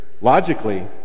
logically